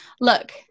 look